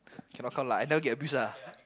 cannot count lah I never get abused lah